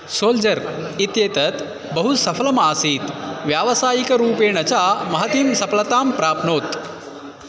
soldier इत्येतत् बहु सफलमसीत् व्यावसायिकरूपेण च महतीं सफलतां प्राप्नोत्